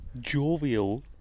jovial